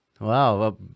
Wow